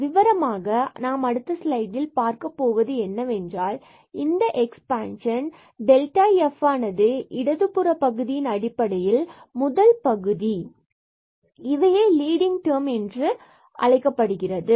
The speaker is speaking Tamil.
எனவே விவரமாக நாம் அடுத்த ஸ்லைடில் பார்க்கப் போவது என்னவென்றால் இந்த எக்பான்ஷன் f ஆனது இதற்கான இடதுபுற பகுதியின் அடிப்படையில் முதல் பகுதி இவையே லீடிங் டெர்ம் ஆகியவற்றை கொண்டுள்ளது